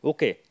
Okay